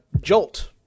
Jolt